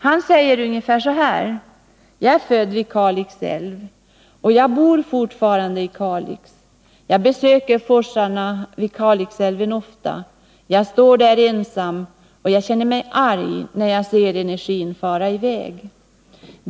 Han säger ungefär så här: Jag är född vid Kalix älv, och jag bor fortfarande i Kalix. Jag besöker forsarna vid Kalixälven ofta. Jag står där ensam, och jag känner mig arg när jag ser energin fara iväg.